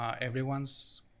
Everyone's